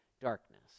darkness